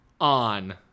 on